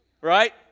Right